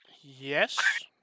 Yes